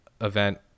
event